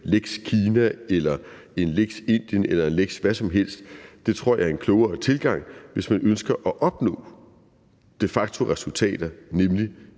lex Kina eller en lex Indien eller en lex hvad som helst. Det tror jeg er en klogere tilgang, hvis man de facto ønsker at opnå resultater, nemlig